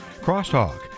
Crosstalk